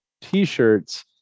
T-shirts